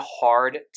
hard